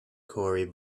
corey